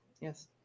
Yes